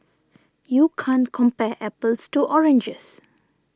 you can't compare apples to oranges